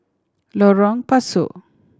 Lorong Pasu